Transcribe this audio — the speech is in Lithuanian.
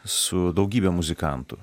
su daugybe muzikantų